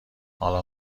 حالا